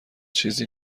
چیزی